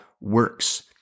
works